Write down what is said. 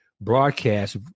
broadcast